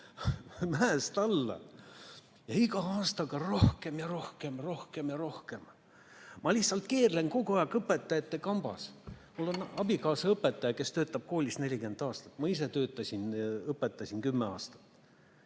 mäest alla, iga aastaga rohkem ja rohkem, rohkem ja rohkem. Ma lihtsalt keerlen kogu aeg õpetajate kambas, mul on abikaasa õpetaja, kes on töötanud koolis 40 aastat, ma ise töötasin ja õpetasin kümme aastat.